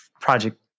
project